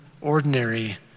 ordinary